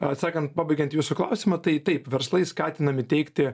atsakant pabaigiant jūsų klausimą tai taip verslai skatinami teikti